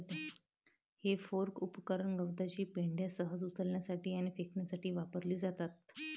हे फोर्क उपकरण गवताची पेंढा सहज उचलण्यासाठी आणि फेकण्यासाठी वापरली जातात